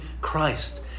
Christ